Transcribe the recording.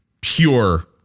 pure